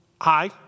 hi